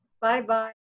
Bye-bye